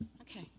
Okay